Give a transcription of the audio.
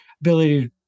ability